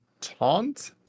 taunt